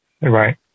Right